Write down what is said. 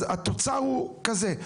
אז התוצר הוא כזה,